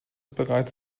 bereits